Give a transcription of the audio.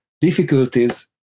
difficulties